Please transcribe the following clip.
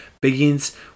begins